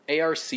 ARC